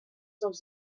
dels